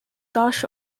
доош